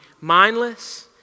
mindless